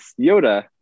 Yoda